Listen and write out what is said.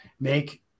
make